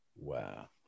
Wow